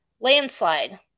Landslide